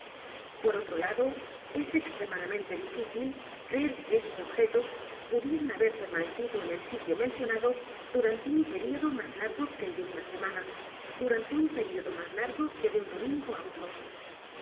r otro lado es extremadamente difícil creer que esos o b jetos pudieran haber permanecido en el sitio mencionado durante un período más largo que el de una semana durante un período más largo que de u n domingo á otro